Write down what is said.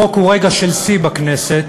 חוק הוא רגע של שיא בכנסת,